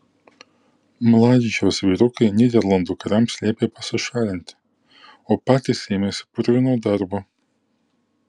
mladičiaus vyrukai nyderlandų kariams liepė pasišalinti o patys ėmėsi purvino darbo